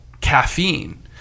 caffeine